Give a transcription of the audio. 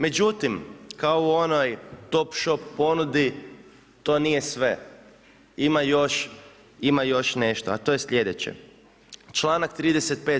Međutim, kao u onoj top shop ponudi to nije sve, ima još nešto, a to je sljedeće, članak 35.